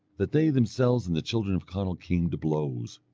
that they themselves and the children of conall came to blows.